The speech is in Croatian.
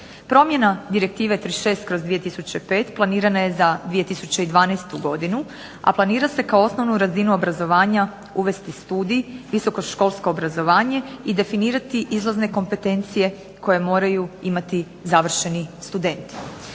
Promjena direktive 36/2005 planirana je za 2012. godinu, a planira se kao osnovnu razinu obrazovanja uvesti studij visokoškolsko obrazovanje i definirati izlazne kompetencije koje moraju imati završeni studenti.